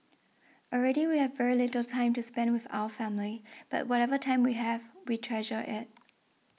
already we have very little time to spend with our family but whatever time we have we treasure it